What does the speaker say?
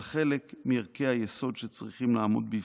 חלק מערכי היסוד שצריכים לעמוד בבסיסו.